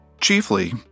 Chiefly